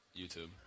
YouTube